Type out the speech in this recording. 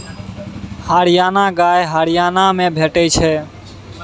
हरियाणा गाय हरियाणा मे भेटै छै